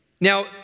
Now